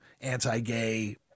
anti-gay